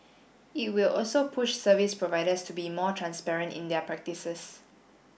it will also push service providers to be more transparent in their practices